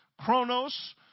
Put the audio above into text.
Chronos